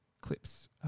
clips